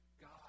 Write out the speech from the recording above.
God